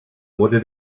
wurde